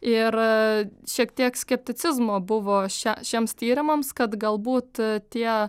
ir šiek tiek skepticizmo buvo šia šiems tyrimams kad galbūt tie